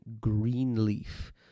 Greenleaf